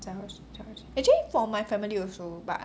早睡早起 actually for my family also but